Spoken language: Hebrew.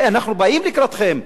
אנחנו באים לקראתכם,